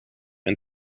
and